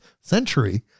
century